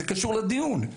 זה קשור לדיון.